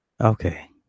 Okay